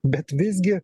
bet visgi